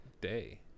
day